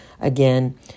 Again